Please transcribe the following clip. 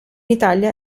italia